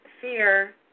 fear